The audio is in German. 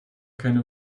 keine